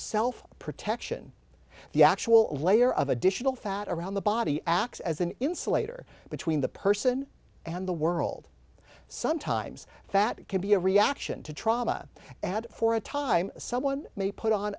self protection the actual of layer of additional fat around the body acts as an insulator between the person and the world sometimes that can be a reaction to trauma and for a time so one may put on